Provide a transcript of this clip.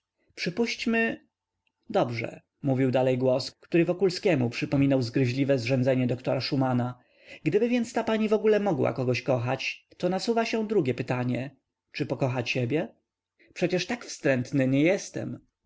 przypuśćmy dobrze mówił dalej głos który wokulskiemu przypomniał zgryźliwe zrzędzenie doktora szumana gdyby więc ta pani wogóle mogła kogoś kochać to nasuwa się drugie pytanie czy pokocha ciebie przecież tak wstrętny nie jestem